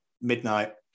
midnight